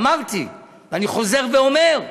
אמרתי, ואני חוזר ואומר: